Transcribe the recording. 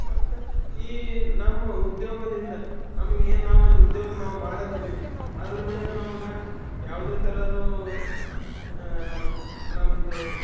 ಮತ್ತು ಈ ನಮ್ಮ ಉದ್ಯೋಗದಿಂದ ನಮಗೆ ಏನು ನಾವೇನು ಉದ್ಯೋಗ ನಾವು ಮಾಡ್ಲತ್ತಿವಿ ಅದ್ರದಿಂದ ನಮಗೆ ಯಾವುದೇ ಥರದ್ದು ನಮ್ಮದು